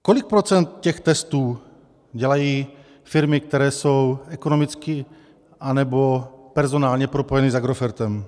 Kolik procent těch trestů dělají firmy, které jsou ekonomicky nebo personálně propojeny s Agrofertem?